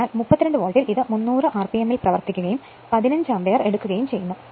അതിനാൽ 32 വോൾട്ടിൽ ഇത് 300 ആർപിഎമ്മിൽ പ്രവർത്തിക്കുകയും 15 ആമ്പിയർ എടുക്കുകയും ചെയ്യുന്നു